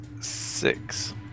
six